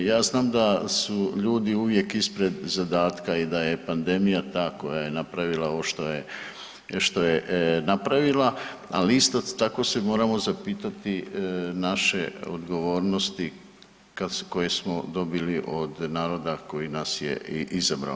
Ja znam da su ljudi uvijek ispred zadatka i da je pandemija ta koja je napravila ovo što je, što je napravila, al isto tako se moramo zapitati naše odgovornosti koje smo dobili od naroda koji nas je i izabrao.